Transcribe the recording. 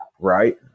right